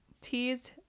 teased